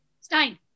Stein